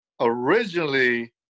Originally